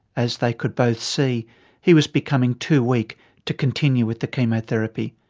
as they could both see he was becoming too weak to continue with the chemotherapy.